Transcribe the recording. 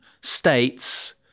states